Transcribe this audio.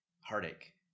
heartache